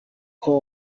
caen